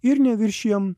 ir neviršijam